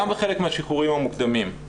גם בחלק מהשחרורים המוקדמים,